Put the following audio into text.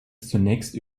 zunächst